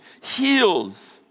heals